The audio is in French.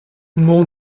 mon